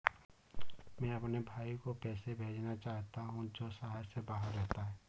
मैं अपने भाई को पैसे भेजना चाहता हूँ जो शहर से बाहर रहता है